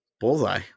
bullseye